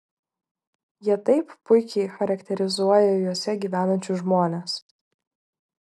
jie taip puikiai charakterizuoja juose gyvenančius žmones